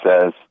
says